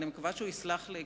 ואני מקווה שהוא יסלח לי,